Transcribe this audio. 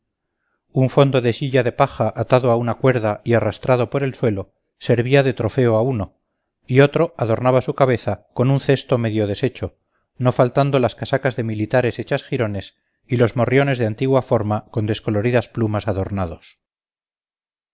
un fondo de silla de paja atado a una cuerda y arrastrado por el suelo servía de trofeo a uno y otro adornaba su cabeza con un cesto medio deshecho no faltando las casacas de militares hechas jirones y los morriones de antigua forma con descoloridas plumas adornados